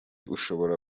ushobora